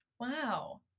Wow